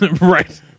Right